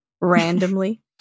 randomly